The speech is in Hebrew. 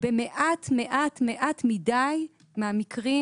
במעט מעט מעט מעט מדיי מהמקרים,